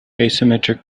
asymmetric